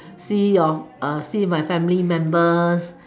see your uh see my family members